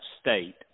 state